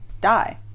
die